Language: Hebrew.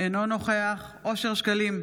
אינו נוכח אושר שקלים,